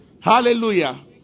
Hallelujah